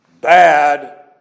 Bad